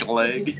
leg